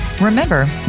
Remember